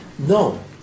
No